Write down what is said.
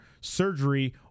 surgery